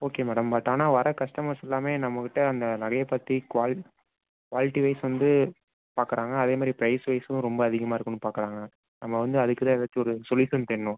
okay madam but ஆனால் வர customers எல்லாமே நம்மகிட்டே அந்த நகையை பற்றி குவாலிட்டி வைஸ் வந்து பார்க்குறாங்க அதேமாதிரி ப்ரைஸ் வைஸ்ஸும் ரொம்ப அதிகமாக இருக்குதுன்னு பார்க்குறாங்க நம்ம வந்து அதுக்குதான் ஏதாச்சும் சொல்யூஷன் தேடணும்